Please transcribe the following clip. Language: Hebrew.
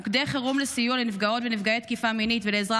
מוקדי חירום לסיוע לנפגעות ונפגעי תקיפה מינית ולעזרה